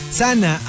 sana